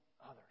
others